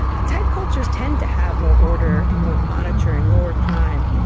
ah tight cultures tend to have more order and more monitoring, lower crime.